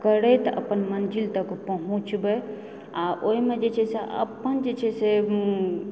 करैत अपन मञ्जिल तक पहुँचबै आ ओहिमे जे छै से अपन जे छै से